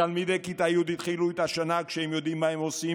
תלמידי כיתה י' התחילו את השנה כשהם יודעים מה הם עושים,